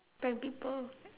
prank people